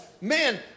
man